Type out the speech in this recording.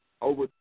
over